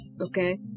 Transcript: Okay